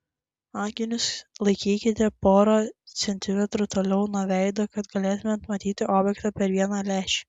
akinius laikykite porą centimetrų toliau nuo veido kad galėtumėte matyti objektą per vieną lęšį